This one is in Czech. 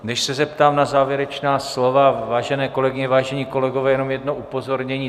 Než se zeptám na závěrečná slova, vážené kolegyně, vážení kolegové, jenom jedno upozornění.